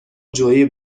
جویی